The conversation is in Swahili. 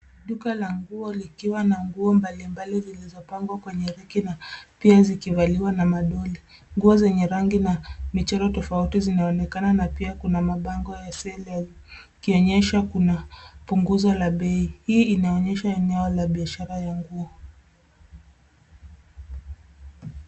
Duka la nguo, likiwa na nguo mbali mbali zilizopangwa kwenye reki na pia zikivaliwa na madoli. Nguo zenye rangi na michoro tofauti zinaonekana na pia kuna mabango ya (cs)selling(cs) ikionyesha kuna punguzo la bei. Hii inaonyesha eneo la biashara ya nguo.